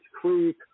Creek